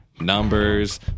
Numbers